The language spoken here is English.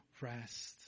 rest